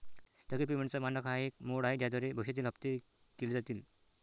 स्थगित पेमेंटचा मानक हा एक मोड आहे ज्याद्वारे भविष्यातील हप्ते केले जातील